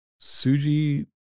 Suji